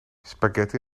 spaghetti